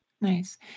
Nice